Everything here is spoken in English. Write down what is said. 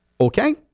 Okay